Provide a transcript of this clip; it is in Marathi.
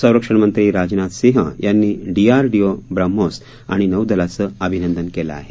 संरक्षणमंत्री राजनाथ सिंह यांनी डीआरडीओ ब्रम्होस आणि नौदलाचं अभिनंदन केलं आहे